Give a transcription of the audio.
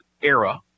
era